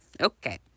Okay